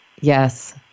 Yes